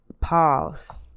Pause